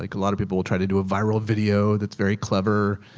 like a lot of people will try to do a viral video that's very clever.